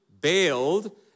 bailed